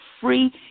free